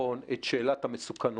לבחון את שאלת המסוכנות,